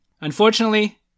Unfortunately